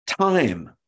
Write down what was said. time